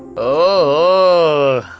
oh,